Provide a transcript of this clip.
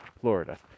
Florida